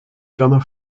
drummer